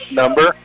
number